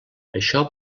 això